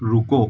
रुको